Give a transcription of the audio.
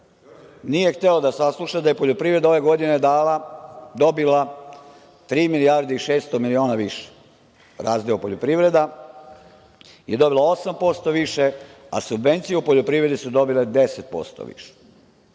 Nije hteo da sasluša da je poljoprivreda ove godine dobila 3 milijarde i 600 miliona više. Razdeo poljoprivreda je dobio 8% više, a subvencije u poljoprivredi su dobile 10% više.